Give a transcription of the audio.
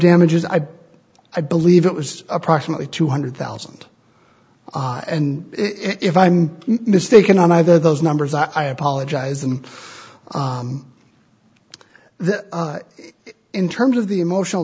damages i i believe it was approximately two hundred thousand and if i'm mistaken on either those numbers i apologize i'm this is in terms of the emotional